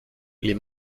les